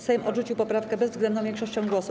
Sejm odrzucił poprawkę bezwzględną większością głosów.